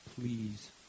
please